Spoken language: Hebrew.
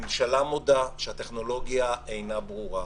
הממשלה מודה שהטכנולוגיה אינה ברורה,